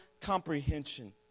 comprehension